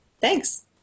thanks